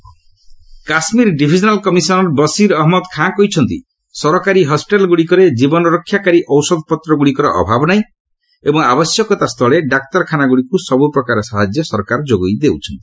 J and K medicine କାଶ୍ମୀରର divisional commissioner Basir Ahmad Khan କହିଛନ୍ତି ସରକାରୀ ହସ୍କିଟାଲଗୁଡ଼ିକରେ ଜୀବନରକ୍ଷାକାରୀ ଔଷଧପତ୍ରଗୁଡ଼ିକର ଅଭାବ ନାହିଁ ଏବଂ ଆବଶ୍ୟକତା ସ୍ଥଳେ ଡାକ୍ତରଖାନାଗୁଡ଼ିକୁ ସବୁ ପ୍ରକାର ସାହାଯ୍ୟ ସରକାର ଯୋଗାଇ ଦେଉଛନ୍ତି